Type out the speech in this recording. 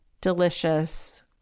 delicious